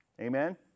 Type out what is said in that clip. Amen